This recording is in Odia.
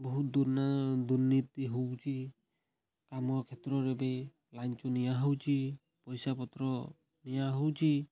ବହୁତ ଦୁର୍ନୀତି ହେଉଛି କାମ କ୍ଷେତ୍ରରେ ବି ଲାଞ୍ଚ ନିଆ ହେଉଛି ପଇସା ପତ୍ର ନିଆ ହେଉଛି